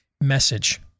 message